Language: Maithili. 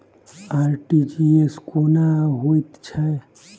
आर.टी.जी.एस कोना होइत छै?